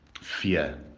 fear